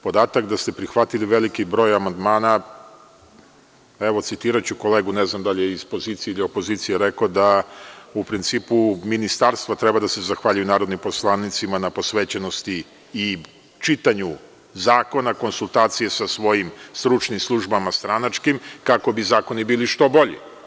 Podatak da ste prihvatili veliki broj amandmana, evo citiraću kolegu, ne znam da li je iz opozicije ili pozicije, rekao da u principu Ministarstvo treba da se zahvaljuje narodnim poslanicima na posvećenosti i čitanju zakona, konsultacije sa svojim stručnim službama stranačkim, kako bi zakoni bili što bolji.